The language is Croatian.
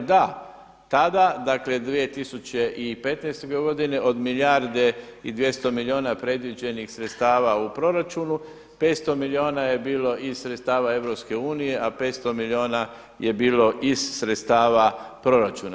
Da, tada, dakle 2015. godine od milijarde i 200 milijuna predviđenih sredstava u proračunu 500 milijuna je bilo iz sredstava EU a 500 milijuna je bilo iz sredstava proračuna.